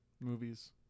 Movies